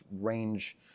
range